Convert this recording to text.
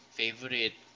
favorite